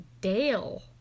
Dale